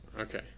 okay